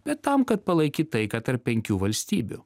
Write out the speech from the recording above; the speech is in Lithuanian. bet tam kad palaikyt taiką tarp penkių valstybių